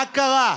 מה קרה?